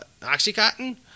oxycontin